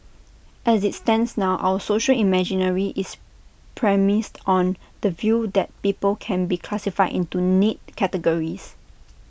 as IT stands now our social imaginary is premised on the view that people can be classified into neat categories